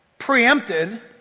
preempted